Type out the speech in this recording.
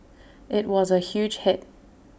IT was A huge hit